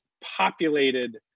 populated